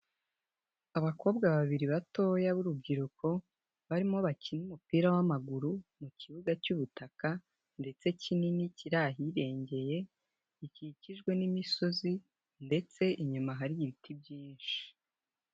Abakobwa babiri batoya b'urubyiruko barimo bakina umupira w'amaguru mu kibuga cy'ubutaka ndetse kinini kiri ahirengeye, gikikijwe n'imisozi ndetse inyuma hari ibiti byinshi.